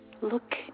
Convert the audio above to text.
look